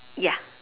ya